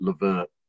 Levert